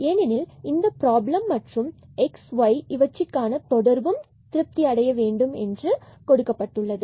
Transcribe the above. ஏனெனில் இந்த பிராபலத்தில் மற்றும் x and y இவற்றிற்கான தொடர்பும் திருப்தி அடைய வேண்டும் என்று கொடுக்கப்பட்டுள்ளது